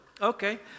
Okay